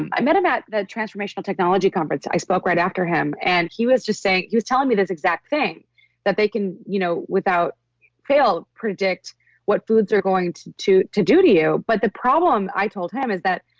and i met him at the transformational technology conference. i spoke right after him and he was just saying. he was telling me this exact thing that they can you know without fail predict what foods are going to to do to you but the problem i told him is that,